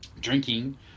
drinking